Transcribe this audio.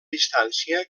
distància